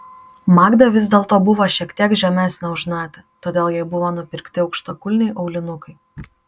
magda vis dėlto buvo šiek tiek žemesnė už natą todėl jai buvo nupirkti aukštakulniai aulinukai